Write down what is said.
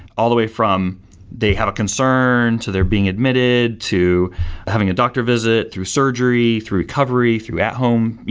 all the way from they have a concern, to their being admitted, to having a doctor visit, through surgery, through recovery, through at home,